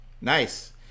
Nice